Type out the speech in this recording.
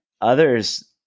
Others